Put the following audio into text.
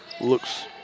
looks